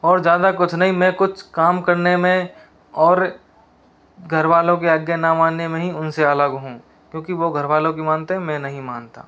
और ज़्यादा कुछ नहीं मैं कुछ काम करने में और घरवालों के आज्ञा न मानने में हीं उनसे अलग हूँ क्योंकि वो घर वालों की मानते हैं मैं नहीं मानता